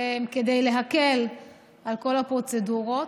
כדי להקל על כל הפרוצדורות,